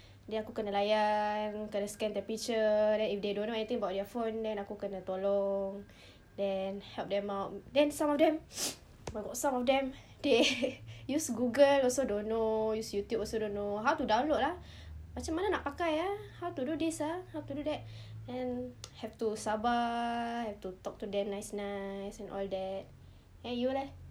then aku kena layan kena scan temperature then if they don't know anything about their phone then aku kena tolong then help them out then some of them oh my god some of them they use google also don't know use youtube also don't know how to do download ah macam mana nak pakai ah how to do this ah how to do that then have to sabar have to talk to them nice nice and all that then you leh